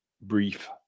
brief